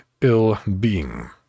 ill-being